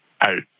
out